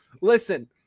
listen